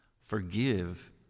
Forgive